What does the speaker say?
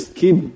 keep